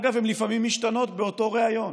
אגב, הן לפעמים משתנות באותו ריאיון.